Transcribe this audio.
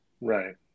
Right